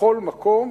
בכל מקום.